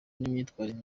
n’imyitwarire